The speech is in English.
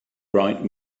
bright